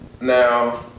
Now